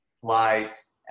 flights